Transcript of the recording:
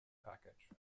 package